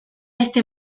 este